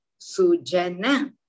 sujana